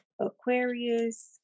Aquarius